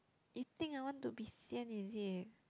you think I want to be sian is it